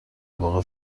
واقع